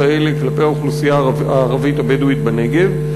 האלה כלפי האוכלוסייה הערבית הבדואית בנגב,